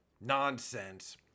nonsense